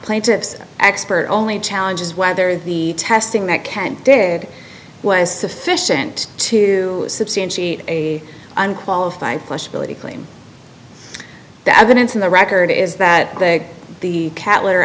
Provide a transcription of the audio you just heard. plaintiff's expert only challenge is whether the testing that can did was sufficient to substantiate a unqualified plush ability claim the evidence in the record is that the cat litter